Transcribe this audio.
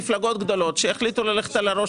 מפלגות גדולות שהחליטו ללכת על הראש